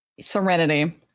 Serenity